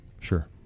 sure